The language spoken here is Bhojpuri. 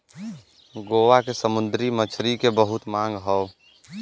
गोवा के समुंदरी मछरी के बहुते मांग हौ